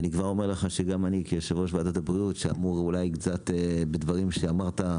וגם אני כיושב-ראש ועדת הבריאות שאמור אולי קצת בדברים שאמרת,